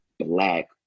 Black